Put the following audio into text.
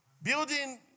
Building